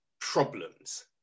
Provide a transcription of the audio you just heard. problems